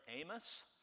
Amos